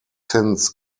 since